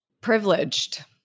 Privileged